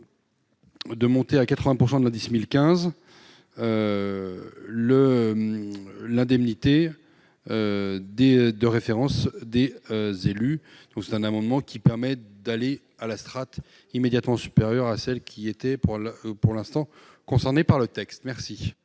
de monter à 80 % de l'indice 1015 l'indemnité de référence des élus. Cet amendement permet de passer à la strate immédiatement supérieure à celle qui était pour l'instant prévue dans le texte. Quel